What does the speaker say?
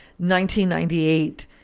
1998